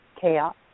chaos